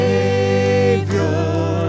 Savior